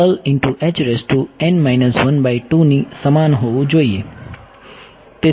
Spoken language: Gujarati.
તેથી આ ની સમાન હોવું જોઈએ